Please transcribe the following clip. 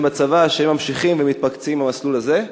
בצבא שממשיכים ומתמקצעים במסלול הזה,